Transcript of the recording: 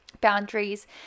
boundaries